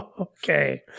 Okay